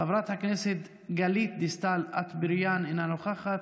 חברת הכנסת גלית דיסטל אטבריאן, אינה נוכחת,